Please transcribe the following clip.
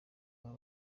baba